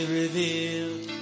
revealed